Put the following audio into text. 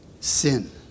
sin